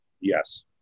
Yes